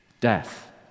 Death